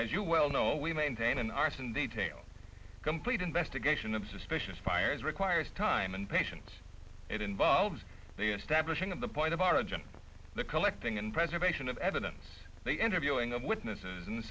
as you well know we maintain an arson detail complete investigation of suspicious fires requires time and patience it involves the establishing of the point of origin the collecting and preservation of evidence the interviewing a witness and